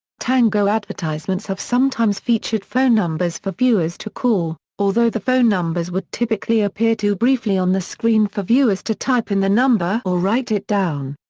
tango advertisements have sometimes featured phone numbers for viewers to call, although the phone numbers would typically appear too briefly on the screen for viewers to type in the number or write it down.